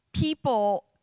people